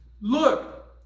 look